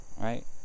Right